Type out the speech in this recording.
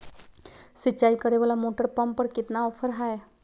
सिंचाई करे वाला मोटर पंप पर कितना ऑफर हाय?